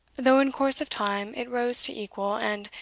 though in course of time it rose to equal, and,